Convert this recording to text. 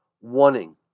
wanting